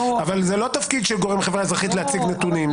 אבל לא --- אבל זה לא תפקיד של גורם בחברה האזרחית להציג נתונים.